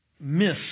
miss